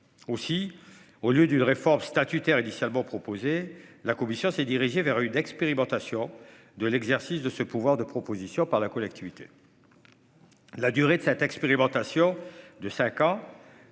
aussi au lieu d'une réforme statutaire initialement proposé la commission s'est dirigé vers une expérimentation. De l'exercice de ce pouvoir de proposition par la collectivité. La durée de cette expérimentation de cinq ans.